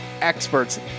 Experts